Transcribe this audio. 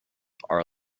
are